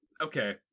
okay